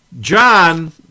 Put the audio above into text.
John